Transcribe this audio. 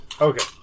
Okay